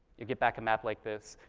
you get back a map like this.